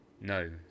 No